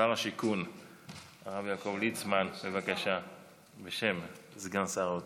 השיכון הרב יעקב ליצמן, בשם סגן שר האוצר.